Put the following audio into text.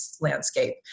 landscape